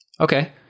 Okay